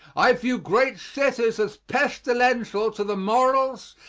i view great cities as pestilential to the morals,